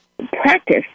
practice